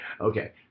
okay